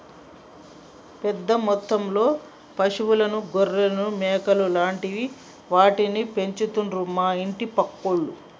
పెద్ద మొత్తంలో పశువులను గొర్రెలను మేకలు లాంటి వాటిని పెంచుతండు మా ఇంటి పక్కోళ్లు